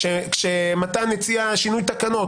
כשמתן הציע שינוי תקנות,